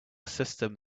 system